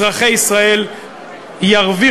אזרחי ישראל ירוויחו,